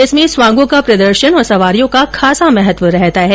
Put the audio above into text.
इसमें स्वांगों का प्रदर्शन और सवारियों को खासा महत्व रहता है